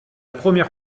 première